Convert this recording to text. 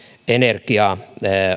energiaa